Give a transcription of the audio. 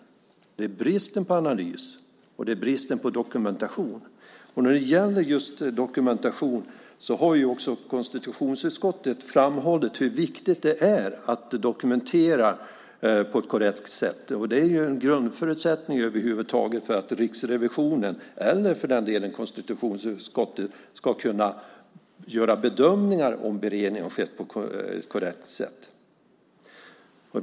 Det gäller alltså bristen på analys och dokumentation. När det gäller just dokumentationen har konstitutionsutskottet framhållit att det är viktigt att dokumentera på ett korrekt sätt. Över huvud taget är det en grundförutsättning för att Riksrevisionen eller för den delen konstitutionsutskottet ska kunna bedöma om beredning skett på ett korrekt sätt.